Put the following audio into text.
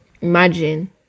Imagine